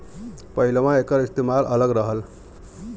पहिलवां एकर इस्तेमाल अलग रहल